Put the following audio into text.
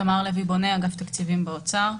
אני מאגף התקציבים במשרד האוצר.